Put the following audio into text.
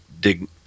dig